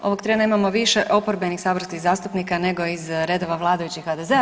Ovog trena imamo više oporbenih saborskih zastupnika nego iz redova vladajućih HDZ-a.